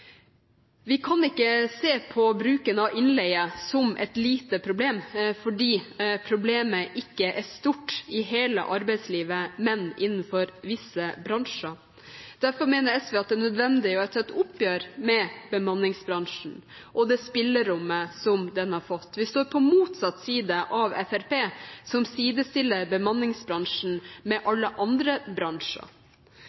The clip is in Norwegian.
Vi kan ikke se på bruken av innleie som et lite problem fordi problemet ikke er stort i hele arbeidslivet, men innenfor visse bransjer. Derfor mener SV at det er nødvendig å ta et oppgjør med bemanningsbransjen og det spillerommet som den har fått. Vi står på motsatt side av Fremskrittspartiet, som sidestiller bemanningsbransjen med